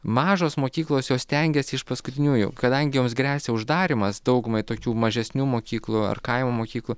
mažos mokyklos jos stengiasi iš paskutiniųjų kadangi joms gresia uždarymas daugumai tokių mažesnių mokyklų ar kaimo mokyklų